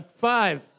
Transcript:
Five